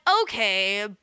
okay